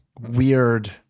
weird